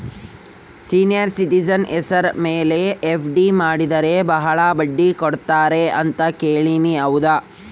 Senior citizen ಹೆಸರ ಮೇಲೆ FD ಮಾಡಿದರೆ ಬಹಳ ಬಡ್ಡಿ ಕೊಡ್ತಾರೆ ಅಂತಾ ಕೇಳಿನಿ ಹೌದಾ?